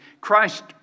Christ